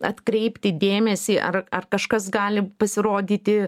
atkreipti dėmesį ar ar kažkas gali pasirodyti